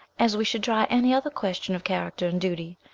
as we should try any other question of character and duty.